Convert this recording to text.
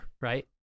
right